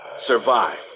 survive